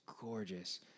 gorgeous